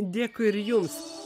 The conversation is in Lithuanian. dėkui ir jums